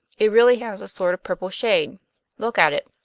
it really has a sort of purple shade look at it.